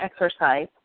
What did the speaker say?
exercise